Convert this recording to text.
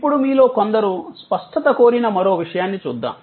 ఇప్పుడు మీలో కొందరు స్పష్టత కోరిన మరో విషయాన్ని చూద్దాం